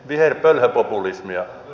viherpölhöpopulismia